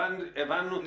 הבנו.